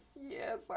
Yes